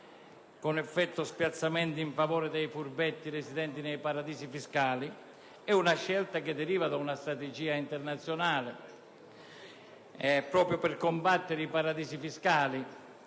con effetto di spiazzamento in favore dei furbetti residenti nei paradisi fiscali, ma è una scelta che deriva da una strategia internazionale, volta proprio a combattere i paradisi fiscali